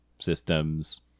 systems